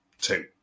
two